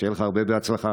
שתהיה לך הרבה הצלחה.